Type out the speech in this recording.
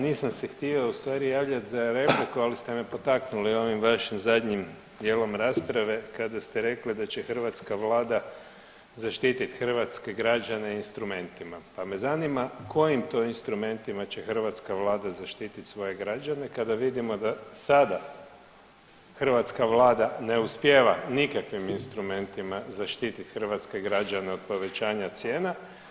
Nisam se htio ustvari javljati za repliku, ali ste me potaknuli ovim vašim zadnjim dijelom rasprave kada ste rekli da će hrvatska vlada zaštiti hrvatske građane instrumentima, pa me zanima kojim to instrumentima će hrvatska vlada zaštiti svoje građane kada vidimo da sada hrvatska vlada ne uspijeva nikakvim instrumentima zaštiti hrvatske građane od povećanja cijena.